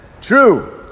True